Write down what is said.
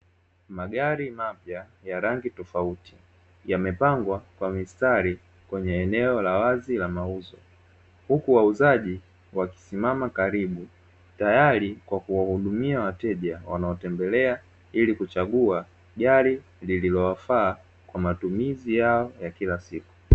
Magari mapya ya rangi tofauti yamepangwa kwa mistari kwenye eneo la wazi la mauzo, huku wauzaji wakisimama karibu tayari kwa kuwahudumia wateja wanaotembelea ili kuchagua gari lililofaa kwa matumizi yao ya kila siku.